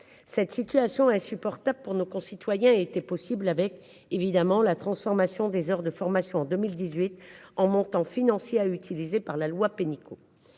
Cette situation insupportable pour nos concitoyens était possible, avec évidemment la transformation des heures de formation en 2018 en montant financier a utilisé par la loi Pénicaud.